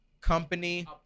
company